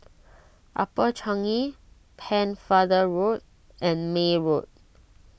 Upper Changi Pennefather Road and May Road